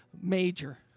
major